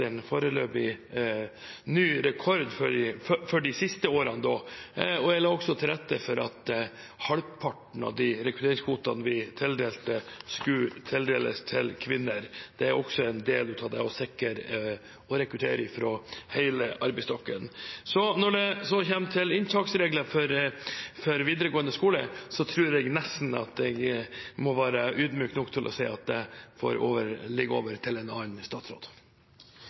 en foreløpig ny rekord for de siste årene. Jeg la også til rette for at halvparten av de rekrutteringskvotene vi tildelte, skulle tildeles kvinner; det er også en del av det å sikre rekruttering fra hele arbeidsstokken. Når det gjelder inntaksregler for videregående skole, tror jeg nesten at jeg må være ydmyk nok til å si at det får ligge på bordet til en annen statsråd.